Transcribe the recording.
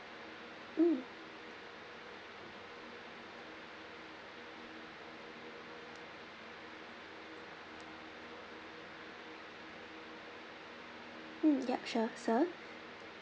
mm mm ya sure sir